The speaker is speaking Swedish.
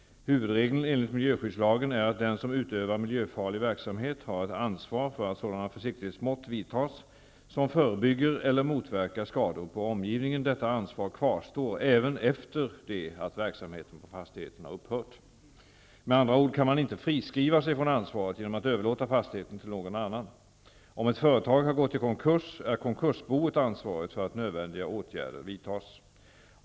Huvudregeln enligt miljöskyddslagen är att den som utövar miljöfarlig verksamhet har ett ansvar för att sådana försiktighetsmått vidtas som förebygger eller motverkar skador på omgivningen. Detta ansvar kvarstår även efter det att verksamheten på fastigheten har upphört. Med andra ord kan man inte friskriva sig från ansvaret genom att överlåta fastigheten till någon annan. Om ett företag har gått i konkurs är konkursboet ansvarigt för att nödvändiga åtgärder vidtas.